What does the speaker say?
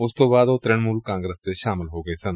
ਉਸ ਤੋਂ ਬਾਅਦ ਉਹ ਤ੍ਰਿਣਮੁਲ ਕਾਂਗਰਸ ਵਿਚ ਸ਼ਾਮਲ ਹੋ ਗਏ ਸਨ